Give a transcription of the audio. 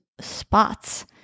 spots